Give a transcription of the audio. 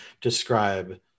describe